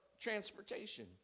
transportation